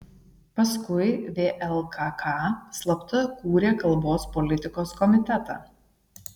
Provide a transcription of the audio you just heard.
paskui vlkk slapta kūrė kalbos politikos komitetą